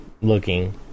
looking